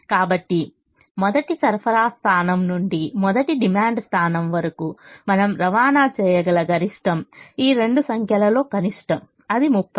కాబట్టి మొదటి సరఫరా స్థానం నుండి మొదటి డిమాండ్ స్థానం వరకు మనం రవాణా చేయగల గరిష్టం ఈ రెండు సంఖ్యలలో కనిష్టం అది 30